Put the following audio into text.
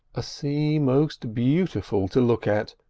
a sea most beautiful to look at,